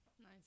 Nice